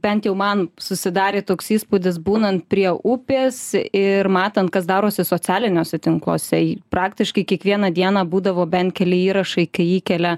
bent jau man susidarė toks įspūdis būnant prie upės ir matant kas darosi socialiniuose tinkluose praktiškai kiekvieną dieną būdavo bent keli įrašai kai įkelia